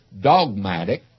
dogmatic